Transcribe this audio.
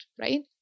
right